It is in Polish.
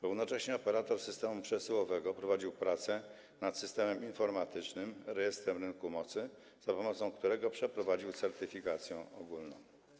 Równocześnie operator systemu przesyłowego prowadził prace nad systemem informatycznym, rejestrem rynku mocy, za pomocą którego przeprowadził certyfikację ogólną.